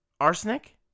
arsenic